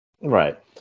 right